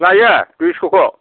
लायो दुइस'खौ